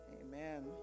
Amen